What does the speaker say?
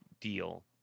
deal